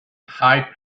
high